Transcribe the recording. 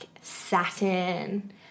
satin